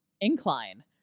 incline